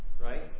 Right